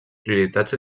prioritats